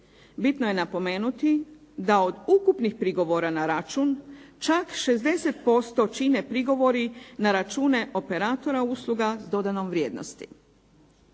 Bitno je napomenuti da od ukupnih prigovora na račun, čak 60% čine prigovori na račune operatora usluga s dodanom vrijednosti.